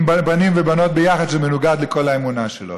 בנים ובנות ביחד, שזה מנוגד לכל האמונה שלו?